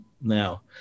now